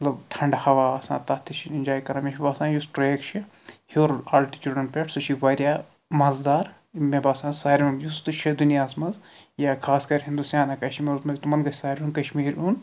مطلب ٹھنٛڈٕ ہوا آسان تَتھ تہِ چھِ اِیٚنجاے کَران مےٚ چھُ باسان یُس ٹرٛیک چھُ ہیٚور آلٹِچوٗڑَن پٮ۪ٹھ سُہ چھُ واریاہ مَزٕدار مےٚ باسان ساروٕٮ۪ن یُس تہِ چھُ یَتھ دُنیاہَس منٛز یا خاص کر ہِنٛدوستان یا کشمیٖرَس منٛز تِمَن گژھِ سارنٕے کشمیٖر یُن